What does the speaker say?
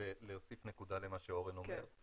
להוסיף נקודה למה שאורן אומר,